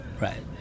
Right